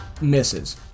Misses